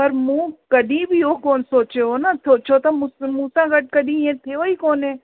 पर मूं कॾहिं बि इहो कोन सोचियो हो न सोचियो त मूं मूं सां गॾु कॾहिं इअं थियो ई कोन्हे